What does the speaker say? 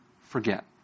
forget